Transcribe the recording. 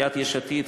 מסיעת יש עתיד,